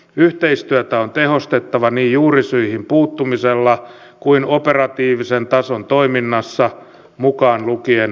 yhteistyötä on tehostettava niin juurisyihin puuttumisella kuin operatiivisen tason toiminnassa mukaan lukien tiedonvaihto